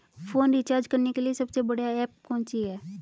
Phone recharge करने के लिए सबसे बढ़िया ऐप कौन सी है?